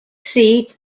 seat